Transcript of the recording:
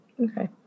Okay